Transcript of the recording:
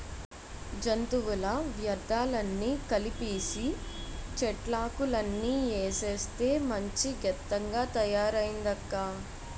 జంతువుల వ్యర్థాలన్నీ కలిపీసీ, చెట్లాకులన్నీ ఏసేస్తే మంచి గెత్తంగా తయారయిందక్కా